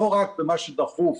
לא רק במה שדחוף,